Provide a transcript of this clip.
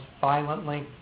violently